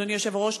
אדוני היושב-ראש,